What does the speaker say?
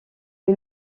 est